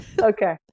Okay